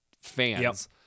fans